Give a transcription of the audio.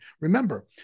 Remember